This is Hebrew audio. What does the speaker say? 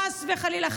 חס וחלילה,